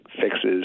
Fixes